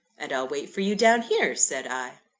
and i'll wait for you down here said i.